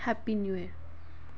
happy new year